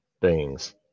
beings